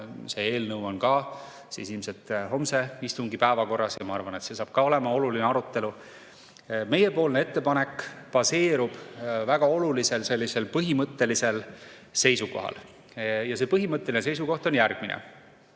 See eelnõu on ilmselt homse istungi päevakorras ja ma arvan, et see saab ka olema oluline arutelu. Meie ettepanek baseerub väga olulisel põhimõttelisel seisukohal ja see põhimõtteline seisukoht on järgmine.